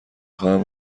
خواهم